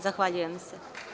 Zahvaljujem se.